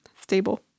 stable